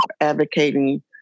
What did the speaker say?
advocating